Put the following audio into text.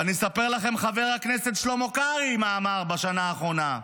ואני אספר לכם מה אמר חבר הכנסת שלמה קרעי בשנה האחרונה,